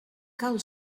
cal